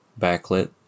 backlit